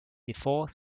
before